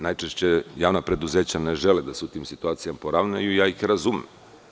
Najčešće javna preduzeća ne žele da se u tim situacijama ravnaju i ja ih razumem.